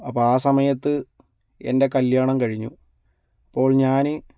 അപ്പോൾ ആ സമയത്ത് എൻ്റെ കല്യാണം കഴിഞ്ഞു അപ്പോൾ ഞാൻ